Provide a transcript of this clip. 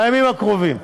בימים הקרובים,